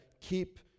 keep